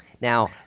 Now